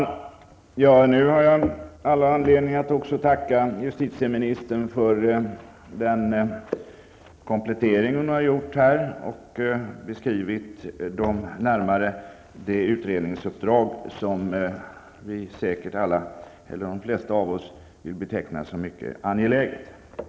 Herr talman! Nu har jag all anledning att tacka justitieministern för den komplettering hon gjorde där hon närmare beskrev det utredningsuppdrag som de flesta av oss vill beteckna som mycket angeläget.